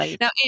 Now